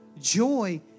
Joy